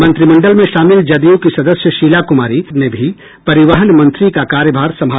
मंत्रिमंडल में शामिल जदयू की सदस्य शीला कुमारी ने भी परिवहन मंत्री का कार्यभार संभाल लिया है